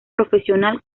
profesional